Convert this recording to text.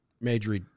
major